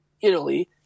Italy